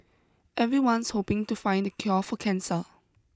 everyone's hoping to find the cure for cancer